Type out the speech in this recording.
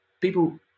people